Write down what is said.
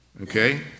Okay